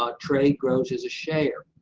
um trade grows as a share.